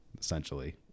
essentially